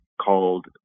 called